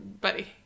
buddy